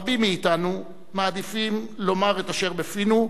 רבים מאתנו מעדיפים לומר את אשר בפינו,